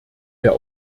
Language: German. der